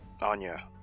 Anya